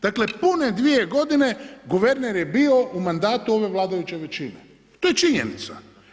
Dakle pune dvije godine guverner je bio u mandatu ove vladajuće većine, to je činjenica.